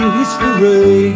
history